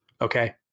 Okay